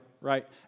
right